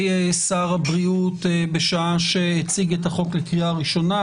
שר הבריאות בשעה שהציג את החוק לקריאה ראשונה.